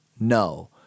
no